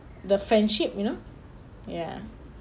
the friendship you know ya